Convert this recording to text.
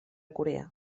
corea